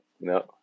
no